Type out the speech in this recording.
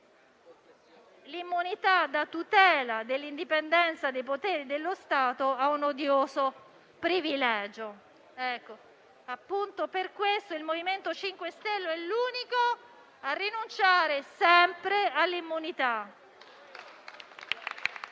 decadere da tutela dell'indipendenza dei poteri dello Stato a odioso privilegio. Proprio per questo, il MoVimento 5 Stelle è l'unico a rinunciare sempre all'immunità.